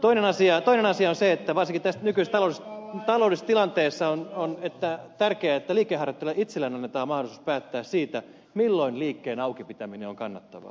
toinen asia on se että varsinkin tässä nykyisessä taloudellisessa tilanteessa on tärkeää että liikkeenharjoittajalle itselleen annetaan mahdollisuus päättää siitä milloin liikkeen auki pitäminen on kannattavaa